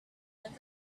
and